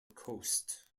coast